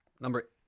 Number